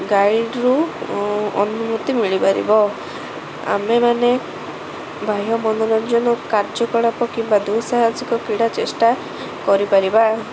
ଗାଇଡ଼ରୁ ଅନୁମତି ମିଳିପାରିବ ଆମେମାନେ ବାହ୍ୟ ମନୋରଞ୍ଜନ କାର୍ଯ୍ୟକଳାପ କିମ୍ବା ଦୁଃସାହସିକ କ୍ରୀଡ଼ା ଚେଷ୍ଟା କରିପାରିବା